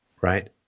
right